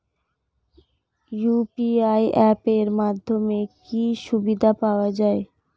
UPI app এর মাধ্যমে কি কি সুবিধা পাওয়া যায়?